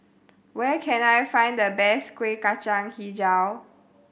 where can I find the best Kueh Kacang Hijau